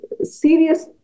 serious